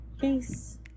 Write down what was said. Peace